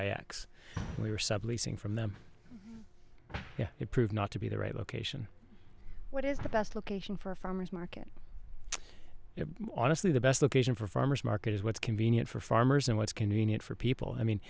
and we were subleasing from them it proved not to be the right location what is the best location for a farmer's market honestly the best location for farmers market is what's convenient for farmers and what's convenient for people i mean